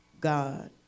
God